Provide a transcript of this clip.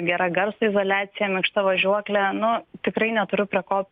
gera garso izoliacija minkšta važiuoklė nu tikrai neturiu prie ko